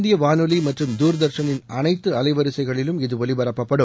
இந்திய வானொலி மற்றும் துதர்ஷனில் அனைத்து அலை வரிசைகளிலும் அகில இது ஒலிபரப்பப்படும்